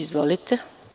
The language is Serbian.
Izvolite.